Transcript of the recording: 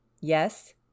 Yes